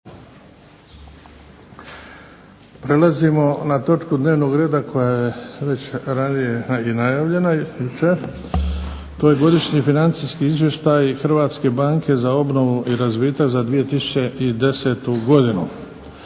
Prelazimo na točku dnevnog reda koja je već ranije najavljena jučer to je - Godišnji financijski izvještaji Hrvatske banke za obnovu i razvitak za 2010. godinu